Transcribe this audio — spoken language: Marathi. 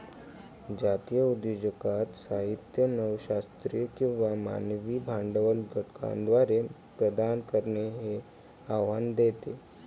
जातीय उद्योजकता साहित्य नव शास्त्रीय किंवा मानवी भांडवल घटकांद्वारे प्रदान करणे हे आव्हान देते